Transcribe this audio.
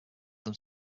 them